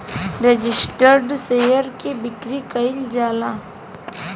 registered share के बिक्री कईल जाला